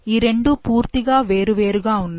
ఈ రెండూ పూర్తిగా వేరు వేరుగా ఉన్నాయి